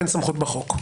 אין סמכות בחוק.